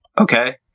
Okay